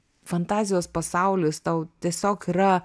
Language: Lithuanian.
fantazijos pasaulis tau tiesiog yra